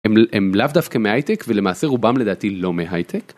הם לאו דווקא מהייטק ולמעשה רובם לדעתי לא מהייטק.